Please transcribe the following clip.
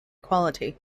quality